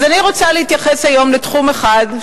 אז אני רוצה להתייחס היום לתחום אחד,